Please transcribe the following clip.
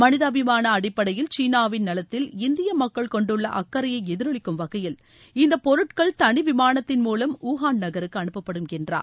மனிதாபிமான அடிப்படையில் சீனாவின் நலத்தில் இந்திய மக்கள் கொண்டுள்ள அக்கரையை எதிரரொலிக்கும் வகையில் இந்த பொருட்கள் தனி விமானத்தின் மூலம் ஊகான் நகருக்கு அனுப்பப்படும் என்றார்